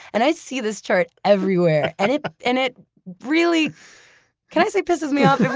and i see this chart everywhere and it and it really can i say pisses me off?